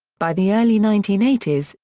by the early nineteen eighty s,